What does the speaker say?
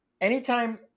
anytime